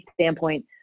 standpoint